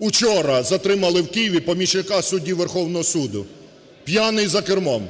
Вчора затримали в Києві помічника судді Верховного Суду, п'яний за кермом.